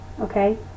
okay